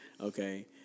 okay